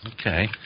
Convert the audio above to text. Okay